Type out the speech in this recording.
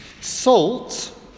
Salt